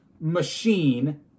machine